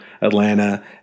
Atlanta